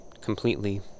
completely